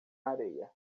areia